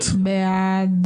הסתייגות 221. מי בעד?